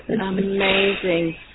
amazing